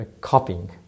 copying